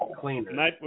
cleaner